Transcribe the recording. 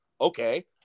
okay